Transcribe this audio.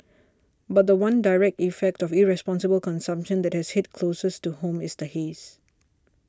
but the one direct effect of irresponsible consumption that has hit closest to home is the haze